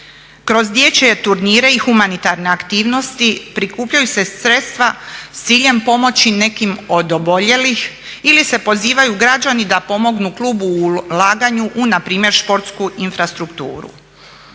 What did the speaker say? Kroz dječje turnire i humanitarne aktivnosti prikupljaju se sredstva sa ciljem pomoći nekim od oboljelih ili se pozivaju građani da pomognu klubu u ulaganju u npr. športsku infrastrukturu.